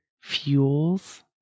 fuels